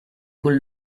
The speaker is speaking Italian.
con